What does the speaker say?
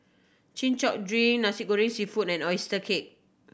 Chin Chow drink Nasi Goreng Seafood and oyster cake